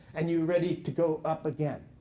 and you're ready to go up again.